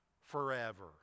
forever